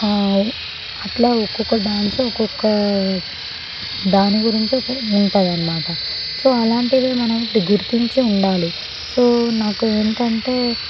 అట్లా ఒక్కొక్క డాన్స్ ఒక్కొక్క దాని గురించి ఉంటుందన్నమాట సో అలాంటివే మనం గుర్తించే ఉండాలి సో నాకు ఏంటంటే